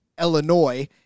Illinois